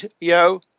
yo